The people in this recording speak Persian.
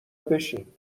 بشین